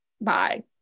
Bye